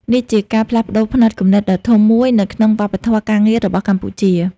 នេះជាការផ្លាស់ប្តូរផ្នត់គំនិតដ៏ធំមួយនៅក្នុងវប្បធម៌ការងាររបស់កម្ពុជា។